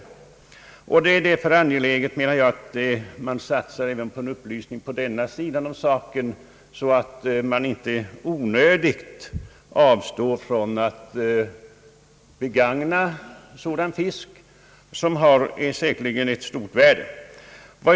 Därför anser jag det vara angeläget att satsa på upplysning om den sidan av saken, så att människor inte i onödan avstår från att äta den ofarliga fisken, som säkerligen har ett stort värde.